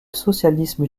socialisme